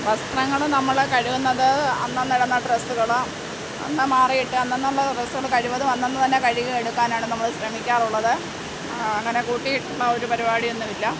വസ്ത്രങ്ങൾ നമ്മൾ കഴുകുന്നത് അന്നന്നിടുന്ന ഡ്രസ്സുകൾ അന്ന് മാറിയിട്ട് അന്നന്നുള്ള ഡ്രസ്സുകൾ കഴിവതും അന്നന്ന് തന്നെ കഴുകി എടുക്കാനാണ് നമ്മൾ ശ്രമിക്കാറുള്ളത് അങ്ങനെ കൂട്ടി ഇടുന്ന ഒരു പരിപാടിയൊന്നും ഇല്ല